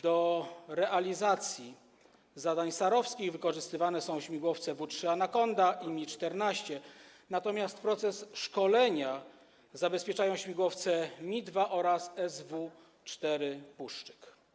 Do realizacji zadań SAR wykorzystywane są śmigłowce W-3 Anakonda i Mi-14, natomiast proces szkolenia zabezpieczają śmigłowce Mi-2 oraz SW-4 Puszczyk.